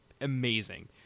amazing